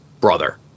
brother